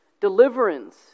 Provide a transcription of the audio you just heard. deliverance